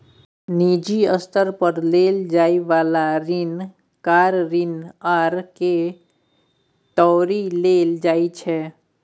निजी स्तर पर लेल जाइ बला ऋण कार ऋण आर के तौरे लेल जाइ छै